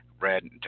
red